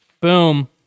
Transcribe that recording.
Boom